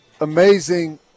amazing